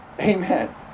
Amen